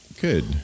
Good